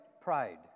pride